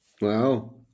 Wow